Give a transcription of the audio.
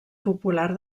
popular